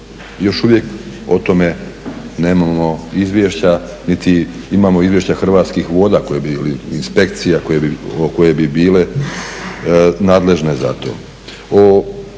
još uvijek o tome nemamo izvješća niti imamo izvješća Hrvatskih voda koje bi, ili inspekcija koje bi bile Hoće li to